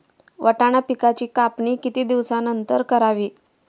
वाटाणा पिकांची कापणी किती दिवसानंतर करावी?